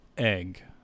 Egg